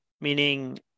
meaning